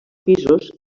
pisos